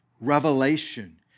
revelation